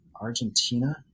Argentina